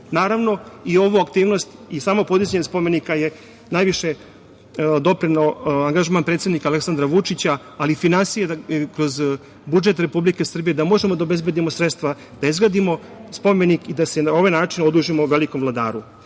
i ovu aktivnog i samo podizanje spomenika je najviše doprineo angažman predsednika Aleksandra Vučića, ali i finansije kroz budžet Republike Srbije, da možemo da obezbedimo sredstva, da izgradimo spomenik i da se na ovaj način odužimo velikom vladaru. Što